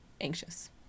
anxious